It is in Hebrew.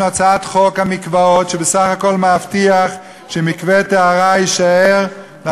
שנה ילכו לבחירות והתוצאה תהיה יותר גרועה מאשר היום.